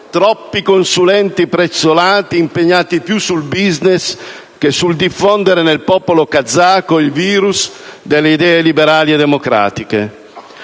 troppi consulenti prezzolati, impegnati più sul *business* che sul diffondere nel popolo kazako il *virus* delle idee liberali e democratiche.